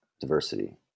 diversity